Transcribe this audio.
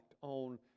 on